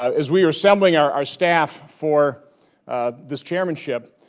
as we are assembling our our staff for this chairmanship,